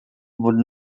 would